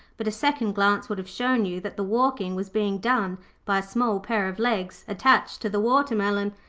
but a second glance would have shown you that the walking was being done by a small pair of legs attached to the watermelon,